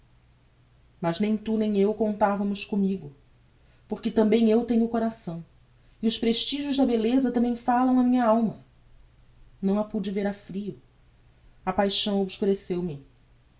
mas nem tu nem eu contavamos commigo por que tambem eu tenho coração e os prestigios da belleza tambem falam á minha alma não a pude ver a frio a paixão